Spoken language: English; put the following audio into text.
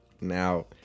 Now